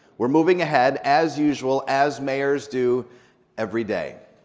we're moving ahead as usual as mayors do every day,